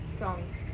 strong